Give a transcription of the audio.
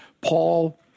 Paul